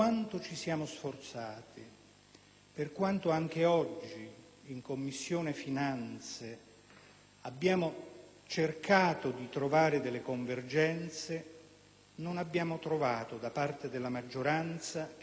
per quanto anche oggi in Commissione finanze abbiamo cercato di trovare delle convergenze, da parte della maggioranza, che va avanti a colpi di fiducia